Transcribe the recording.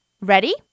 Ready